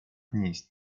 نیست